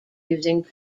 using